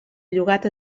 llogat